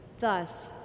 Thus